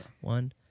one